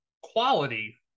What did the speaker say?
quality